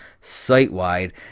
site-wide